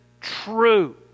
true